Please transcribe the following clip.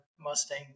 mustang